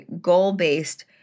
goal-based